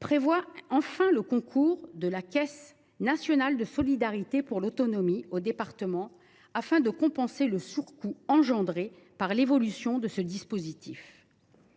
prévoit enfin le concours de la Caisse nationale de solidarité pour l’autonomie aux départements afin de compenser le surcoût engendré par l’évolution de ce dispositif.